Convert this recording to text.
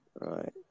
right